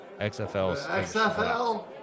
XFL